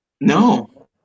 No